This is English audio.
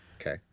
Okay